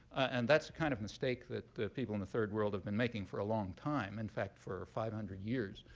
and that's the kind of mistake that people in the third world have been making for a long time, in fact for five hundred years,